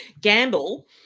Gamble